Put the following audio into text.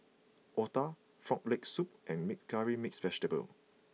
Otah Frog Leg Soup and meek Curry Mixed Vegetable